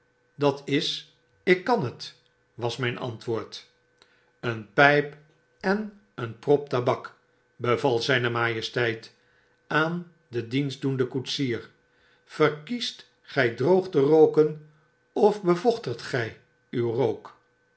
dat is ik kan het was mijn antwoord een pijp en een prop tabak beval zijne majesteit aan den dienstdoenden koetsier verkiest gy droog te rooken of bevochtigt gy uw rook